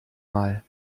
mal